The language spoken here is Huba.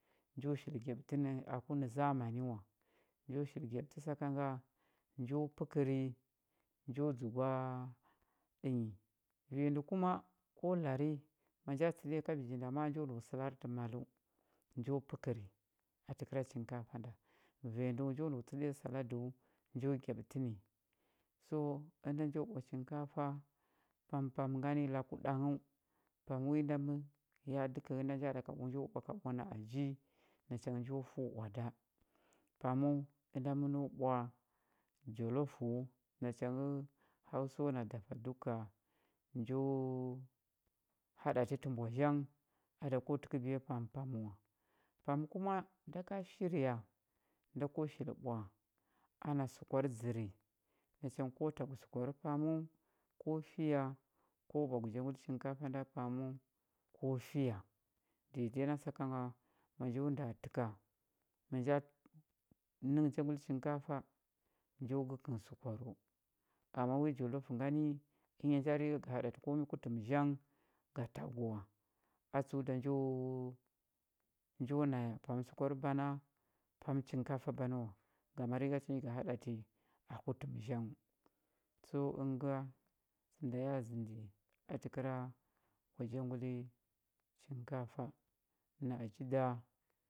Njo shili gyaɓətə aku nə zmani wa nji shili gyaɓətə saka nga njo pəkəri njo dzugwa ɗənyi vanya ndə kuma ko lari ma nja tsəɗuya kabeji nda ma a njo səlari tə maləu njo pəkəri a təkəra chinkafa nda vanya njo nau tsəɗiya saladəu njo gyaɓətə ni so ənda njo ɓwa chinkafa pampam ngani laku ɗanghəu ka wi nda nda ɗaka dəkə ənda njo ɓwa nə aji nacha ngə jo fəu oada paməu ŋda məno ɓwa jollof nacha ngə hauso na dafa duka njo haɗatə tə mbwa zhanghəu a da ko təkəbiya pampam wa pam kuma nda ka shirya nda ko shi ɓwa ana səkwar dzəri nacha ngə ko tagu səkwar paməu ko fiya mko ɓwagu hinkafa nda paməu dede ngan saka nga ma njo nda təka ma nja nə ghə janguli chinkafa njo gəkə nghə səkwarəu ama wi jollof ngani ənya nja riga ga haɗatə komi ku təm zhanghəu ga tagu wa a tsəu njo na pam səkwar bana pam chinkafa banə wa ngama riga tə nji ga haɗati ku təm zhanghəu so əngə nga sə nda y zəndi a təkəra ɓwa janguli chinkafa nə aji da,